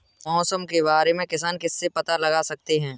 मौसम के बारे में किसान किससे पता लगा सकते हैं?